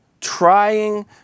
trying